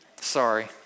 Sorry